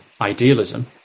idealism